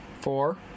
Four